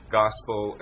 gospel